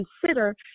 consider